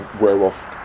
werewolf